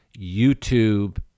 YouTube